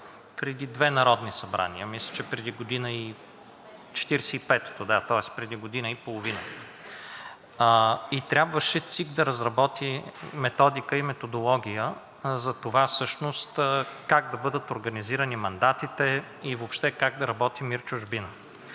преди две народни събрания, мисля, че преди година и половина – Четиридесет и петото, да, тоест преди година и половина, и трябваше ЦИК да разработи методика и методология за това всъщност как да бъдат организирани мандатите и въобще как да работи МИР „Чужбина“.